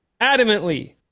adamantly